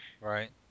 Right